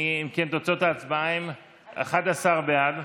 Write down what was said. אם כן, תוצאות ההצבעה הן 11 בעד,